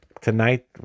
tonight